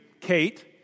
Kate